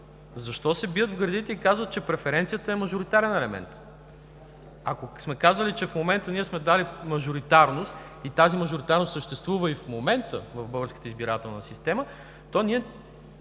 защо се бият в гърдите и казват, че преференцията е мажоритарен елемент? Ако сме казали, че в момента сме дали мажоритарност и тази мажоритарност съществува и в момента в българската избирателна система, то ние